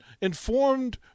informed